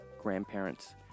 grandparents